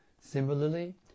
Similarly